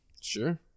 Sure